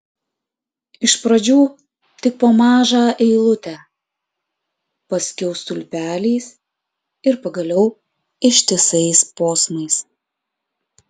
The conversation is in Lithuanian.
iš pradžių tik po mažą eilutę paskiau stulpeliais ir pagaliau ištisais posmais